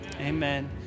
Amen